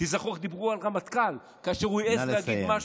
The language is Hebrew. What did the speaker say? תיזכרו איך דיברו על רמטכ"ל כאשר הוא העז להגיד,